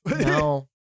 No